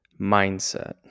mindset